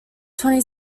twenty